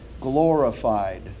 glorified